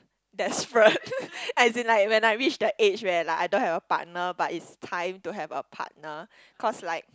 desperate as in like when I reach that age where like I don't have a partner but is time to have a partner cause like